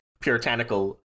puritanical